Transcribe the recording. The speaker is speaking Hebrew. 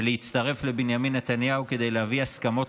ולהצטרף לבנימין נתניהו כדי להביא הסכמות